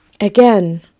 again